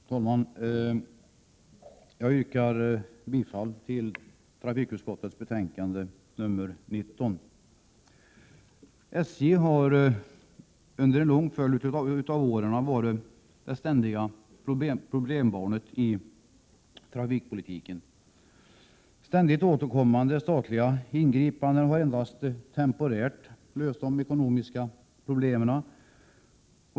Herr talman! Jag yrkar bifall till trafikutskottets hemställan i betänkande nr 19. SJ har under en lång följd av år varit det ständiga problembarnet i trafikpolitiken. Återkommande statliga ingripanden har endast temporärt löst de ekonomiska problemen.